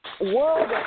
world